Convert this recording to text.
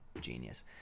genius